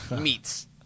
Meats